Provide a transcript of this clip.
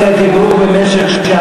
נא לשבת.